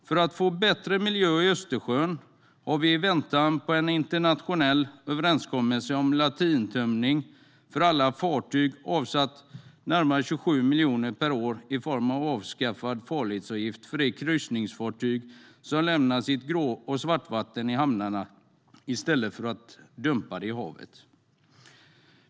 För att få bättre miljö i Östersjön har vi i väntan på en internationell överenskommelse om latrintömning för alla fartyg avsatt närmare 27 miljoner per år i form av avskaffad farledsavgift för de kryssningsfartyg som lämnar sitt grå och svartvatten i hamnarna i stället för att dumpa det i havet.